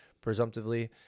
presumptively